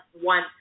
one